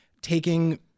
taking